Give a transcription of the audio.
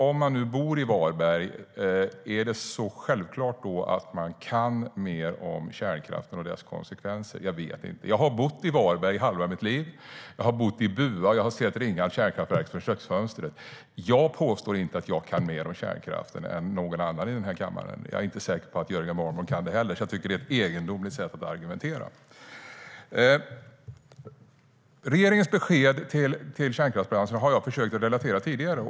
Om man nu bor i Varberg, är det så självklart att man då kan mer om kärnkraften och dess konsekvenser? Jag vet inte. Jag har bott i Varberg i halva mitt liv. Jag har bott i Bua, och jag har sett Ringhals kärnkraftverk från köksfönstret. Jag påstår inte att jag kan mer om kärnkraft än någon annan i kammaren. Jag är inte säker på att Jörgen Warborn kan det heller. Jag tycker att det är ett egendomligt sätt att argumentera. Jag har tidigare försökt att relatera regeringens besked till kärnkraftsbranschen.